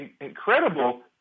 incredible